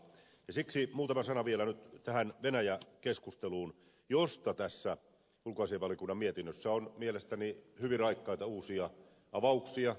siksi vielä muutama sana tähän venäjä keskusteluun josta tässä ulkoasiainvaliokunnan mietinnössä on mielestäni hyvin raikkaita uusia avauksia